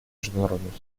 международному